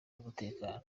n’umutekano